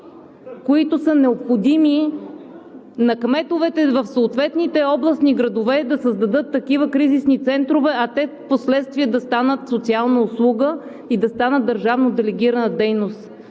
които са необходими на кметовете в съответните областни градове да създадат такива кризисни центрове, а те впоследствие да станат социална услуга и да станат държавно делегирана дейност.